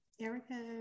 Erica